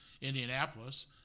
Indianapolis